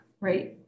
right